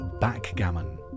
backgammon